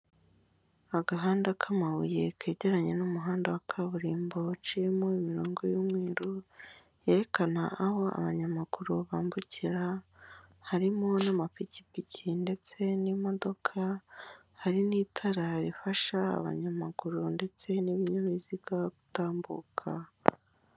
Agahanda k'amabuye kegeranye n'umuhanda wa kaburimbo waciyemo imirongo y'umweru, yerekana aho abanyamaguru bambukira, harimo n'amapikipiki ndetse n'imodoka, hari n'itara rifasha abanyamaguru ndetse n'ibinyabiziga gutambuka.